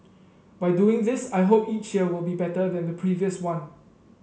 by doing this I hope each year will be better than the previous one